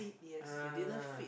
ah